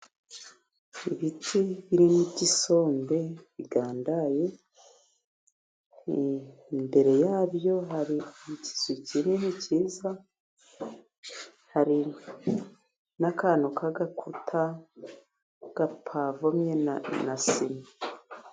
Ibiti birimo icy'isombe bigandaye, imbere ya byo hari ikizu kinini cyiza, hari n'akantu k'agakuta gapavomye na sima.